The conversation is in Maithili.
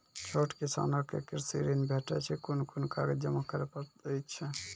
छोट किसानक कृषि ॠण भेटै छै? कून कून कागज जमा करे पड़े छै?